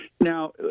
Now